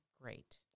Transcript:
great